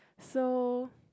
so